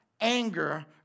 Anger